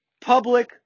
public